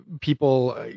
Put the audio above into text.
people